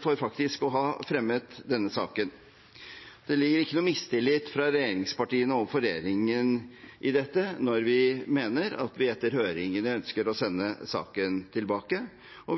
for faktisk å ha fremmet denne saken. Det ligger ikke noen mistillit fra regjeringspartiene overfor regjeringen i dette når vi mener at vi etter høringene ønsker å sende saken tilbake.